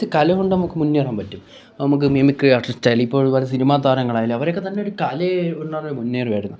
ഇത് കലകൊണ്ട് നമുക്ക് മുന്നേറാൻ പറ്റും നമുക്ക് മിമിക്രി ആർട്ടിസ്റ്റ് ആയാലും ഇപ്പോൾ ഒരുപാട് സിനിമ താരങ്ങൾ ആയാലും അവരൊക്കെ തന്നെ ഒരു കലയെ കൊണ്ടാണ് മുന്നേറിവരുന്നത്